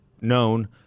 known